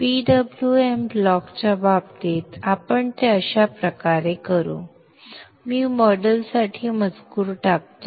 PWM ब्लॉकच्या बाबतीत आपण ते अशा प्रकारे करू मी मॉडेलसाठी मजकूर टाकतो